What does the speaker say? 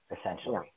essentially